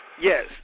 Yes